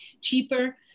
cheaper